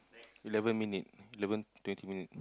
eleven minutes eleven twenty minutes